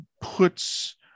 puts